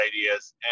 ideas